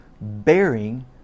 bearing